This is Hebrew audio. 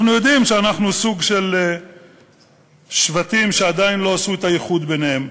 אנחנו יודעים שאנחנו סוג של שבטים שעדיין לא עשו את האיחוד ביניהם.